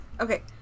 Okay